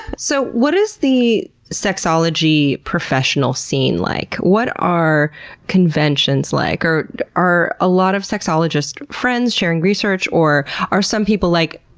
so what is the sexology professional scene like? what are conventions like? are are a lot of sexologist friends sharing research or are some people like,